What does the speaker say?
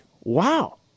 wow